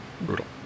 Brutal